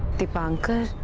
deepankar.